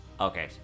Okay